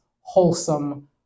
wholesome